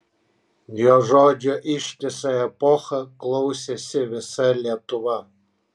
jo žodžio ištisą epochą klausėsi visa lietuva